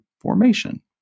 formation